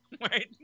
right